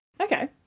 okay